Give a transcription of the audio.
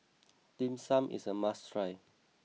Dim Sum is a must try